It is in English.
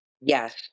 Yes